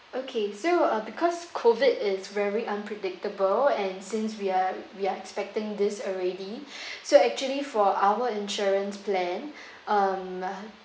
okay so uh because COVID is very unpredictable and since we are we are expecting this already so actually for our insurance plan um